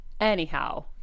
anyhow